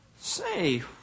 Say